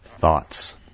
thoughts